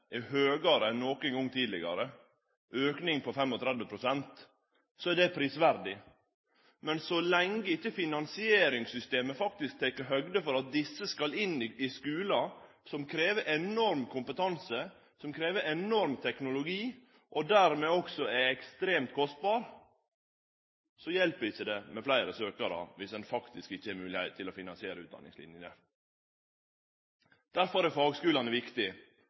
er høgare enn nokon gong tidlegare – ein auke på 35 pst. og det er prisverdig – men så lenge ikkje finansieringssystemet faktisk tek høgd for at desse skal inn i skulen, som krev enorm kompetanse, som krev enorm teknologi, og dermed også er ekstremt kostbar, så hjelper det ikkje med fleire søkjarar dersom ein faktisk ikkje har moglegheit til å finansiere utdanningslinjene. Derfor er fagskulane